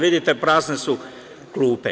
Vidite, prazne su klupe.